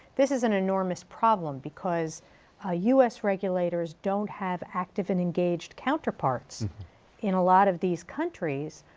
this is an enormous problem, because ah us regulators don't have active and engaged counterparts in a lot of these countries,